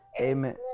Amen